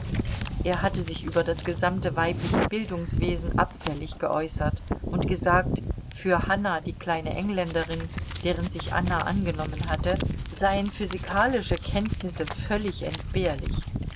er hatte sich über das gesamte weibliche bildungswesen abfällig geäußert und gesagt für hanna die kleine engländerin deren sich anna angenommen hatte seien physikalische kenntnisse völlig entbehrlich